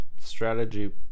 strategy